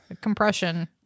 compression